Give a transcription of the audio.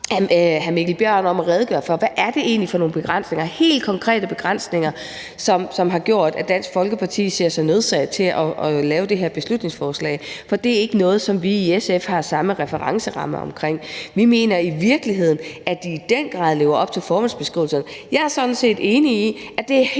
hvad det egentlig er for nogle begrænsninger, helt konkrete begrænsninger, som har gjort, at Dansk Folkeparti ser sig nødsaget til at lave det her beslutningsforslag, for det er ikke noget, som vi i SF har samme referenceramme for. Vi mener i virkeligheden, at de i den grad lever op til formålsbeskrivelserne. Jeg er sådan set enig i, at det er helt